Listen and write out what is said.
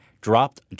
dropped